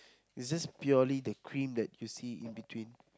is just purely the cream that you see in between